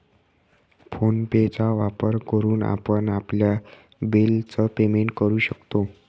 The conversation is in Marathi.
फोन पे चा वापर करून आपण आपल्या बिल च पेमेंट करू शकतो